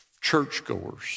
churchgoers